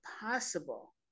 possible